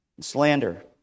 slander